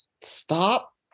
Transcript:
stop